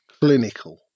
clinical